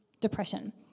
depression